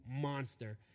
monster